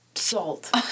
Salt